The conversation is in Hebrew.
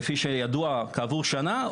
כפי שידוע כעבור שנה,